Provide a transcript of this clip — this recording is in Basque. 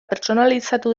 pertsonalizatu